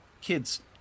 kids